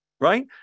Right